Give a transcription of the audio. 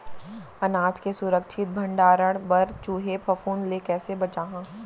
अनाज के सुरक्षित भण्डारण बर चूहे, फफूंद ले कैसे बचाहा?